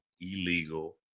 illegal